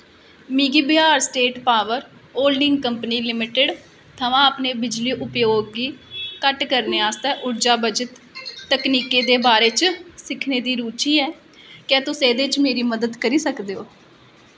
मिगी Bihar state power holding company limited थमां अपने बिजली उपयोग गी घट्ट करने आस्तै ऊर्जा बचत तकनीकें दे बारे च सिखने दी रुचि ऐ क्या तुस एह्दे च मेरी मदद करी सकदे ओ